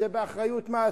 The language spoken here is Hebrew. זה באחריות מע"צ.